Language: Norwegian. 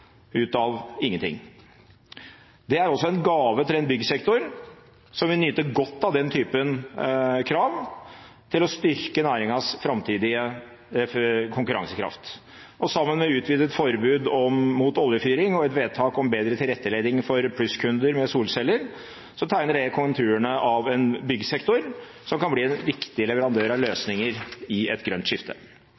ut av ingenting. Det er også en gave til en byggsektor som vil nyte godt av den typen krav til å styrke næringens framtidige konkurransekraft. Sammen med utvidet forbud mot oljefyring og et vedtak om bedre tilrettelegging for plusskunder med solceller tegner det konturene av en byggsektor som kan bli en viktig leverandør av